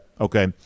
Okay